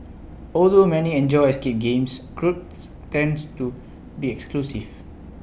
although many enjoy escape games groups tends to be exclusive